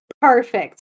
Perfect